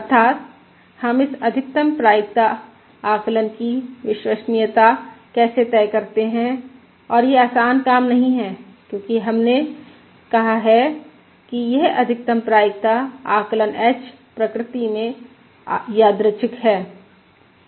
अर्थात् हम इस अधिकतम प्रायिकता आकलन की विश्वसनीयता कैसे तय करते हैं और यह आसान काम नहीं है क्योंकि हमने कहा कि यह अधिकतम प्रायिकता आकलन h प्रकृति में यादृच्छिक है